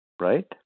Right